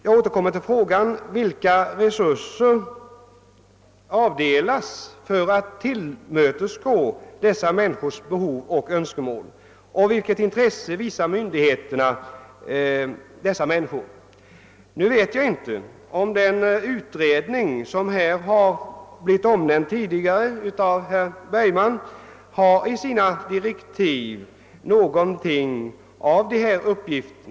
Jag återkommer till frågan om vilka resurser som avdelas för att tillmötesgå dessa människors behov och önskemål och vilket intresse myndigheterna visar dem. Jag vet inte om det i direktiven för den utredning som herr Bergman tidigare talade om ingår någonting om planeringen.